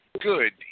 good